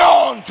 on